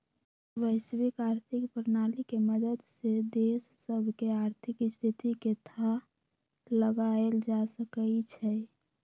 वैश्विक आर्थिक प्रणाली के मदद से देश सभके आर्थिक स्थिति के थाह लगाएल जा सकइ छै